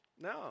No